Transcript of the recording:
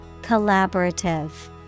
Collaborative